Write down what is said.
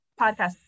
podcast